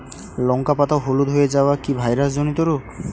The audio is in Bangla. লঙ্কা পাতা হলুদ হয়ে যাওয়া কি ভাইরাস জনিত রোগ?